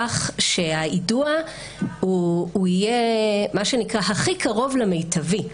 כך שהיידוע יהיה הכי קרוב למיטבי,